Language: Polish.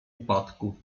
upadku